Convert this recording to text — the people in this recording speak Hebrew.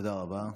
תודה רבה.